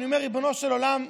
אני אומר: ריבונו של עולם,